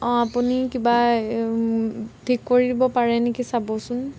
অঁ আপুনি কিবা ঠিক কৰি দিব পাৰে নেকি চাবচোন